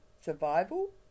survival